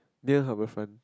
near Harbourfront